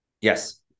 yes